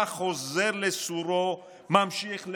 בירתנו הקדושה,